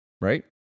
right